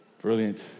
Brilliant